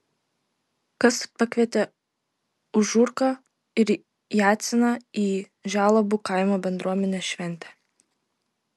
kas pakvietė užurką ir jacyną į želabų kaimo bendruomenės šventę